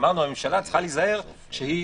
אמרנו שהממשלה צריכה להיזהר שהיא